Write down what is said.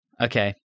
okay